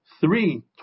three